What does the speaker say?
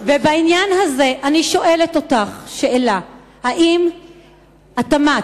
בעניין הזה אני שואלת אותך שאלה: האם התמ"ת